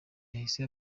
yahise